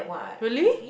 really